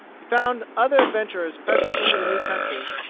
he found other adventurers pressing into the new country,